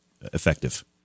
effective